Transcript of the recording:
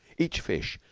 each fish,